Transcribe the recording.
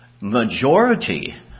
majority